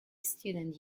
student